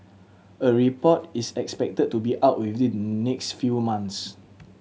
a report is expected to be out within next few months